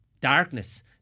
darkness